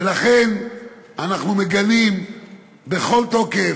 ולכן אנחנו מגנים בכל תוקף.